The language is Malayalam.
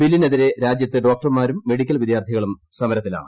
ബില്ലിനെതിരെ രാജ്യത്ത് ഡോക്ടർമാരും മെഡിക്കൽ വിദ്യാർത്ഥികളും സമരത്തിലാണ്